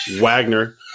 Wagner